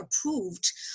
approved